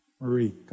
Marie